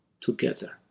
together